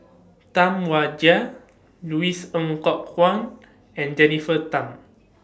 Tam Wai Jia Louis Ng Kok Kwang and Jennifer Tham